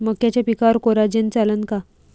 मक्याच्या पिकावर कोराजेन चालन का?